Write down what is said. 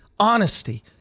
Honesty